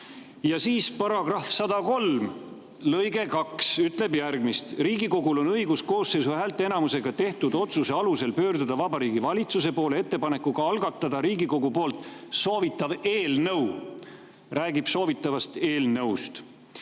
Ja siis § 103 lõige 2 ütleb järgmist: "Riigikogul on õigus koosseisu häälteenamusega tehtud otsuse alusel pöörduda Vabariigi Valitsuse poole ettepanekuga algatada Riigikogu poolt soovitav eelnõu." See räägib soovitavast eelnõust.